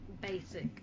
Basic